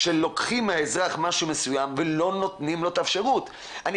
כשלוקחים מהאזרח משהו מסוים ולא נותנים לו אפשרות לקבל בחזרה.